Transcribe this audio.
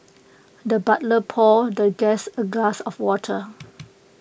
the butler poured the guest A glass of water